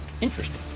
Interesting